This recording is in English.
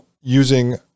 using